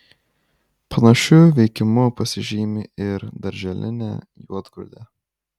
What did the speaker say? panašiu veikimu pasižymi ir darželinė juodgrūdė